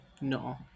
no